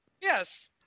Yes